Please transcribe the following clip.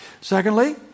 Secondly